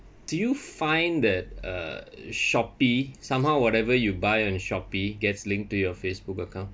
do you find that uh it Shopee somehow whatever you buy on the Shopee gets linked to your Facebook account